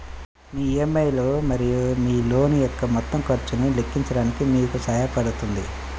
మీ EMI లు మరియు మీ లోన్ యొక్క మొత్తం ఖర్చును లెక్కించడానికి మీకు సహాయపడుతుంది